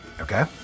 Okay